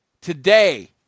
Today